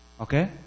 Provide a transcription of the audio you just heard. Okay